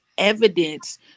evidence